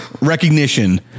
recognition